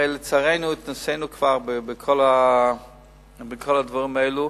הרי לצערנו התנסינו כבר בכל הדברים האלה,